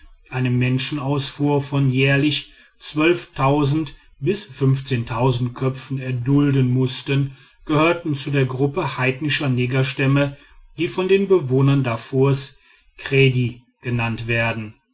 sklavenhandels eine menschenausfuhr von jährlich köpfen erdulden mußten gehörten zu der gruppe heidnischer negerstämme die von den bewohnern darfurs kredj genannt werden